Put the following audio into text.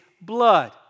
blood